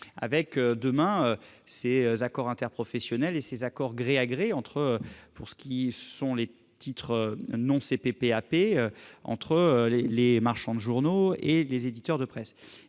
avec ces accords interprofessionnels et ces accords de gré à gré pour les titres non CPPAP entre les marchands de journaux et les éditeurs de presse.